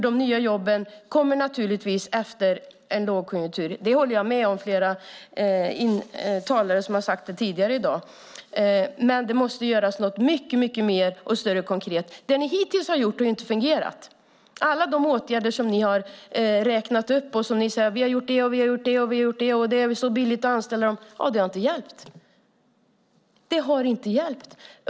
De nya jobben kommer naturligtvis efter en lågkonjunktur, och det håller jag med flera talare som har sagt här tidigare i dag. Men det måste göras något mycket mer konkret. Det ni hittills har gjort har inte fungerat. Ni räknar upp alla era åtgärder, den ena efter den andra, och säger att det är så billigt att anställa ungdomar, men det har inte hjälpt.